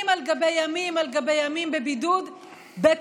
על גבי ימים על גבי ימים בבידוד בטעות.